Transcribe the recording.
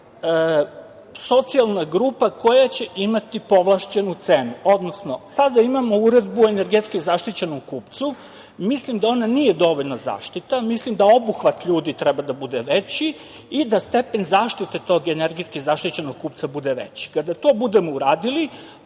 socijalna grupa koja će imati povlašćenu cenu, odnosno sada imamo Uredbu o energetski zaštićenom kupcu. Mislim da on nije dovoljna zaštita. Mislim da obuhvat ljudi treba da bude veći i da stepen zaštite tog energetski zaštićenog kupca bude veći. Kada to budemo uradili,